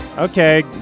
Okay